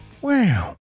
Wow